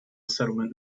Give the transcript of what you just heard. settlement